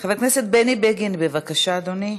חבר הכנסת בני בגין, בבקשה, אדוני.